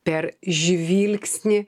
per žvilgsnį